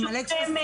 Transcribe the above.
זה מלא טפסים.